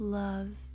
love